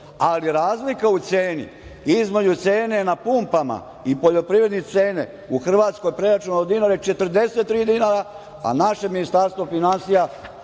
ali razlika u ceni između cene na pumpama i poljoprivredne cene u Hrvatskoj preračunato u dinare 43 dinara, a naše Ministarstvo finansija